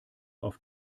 auf